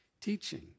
teaching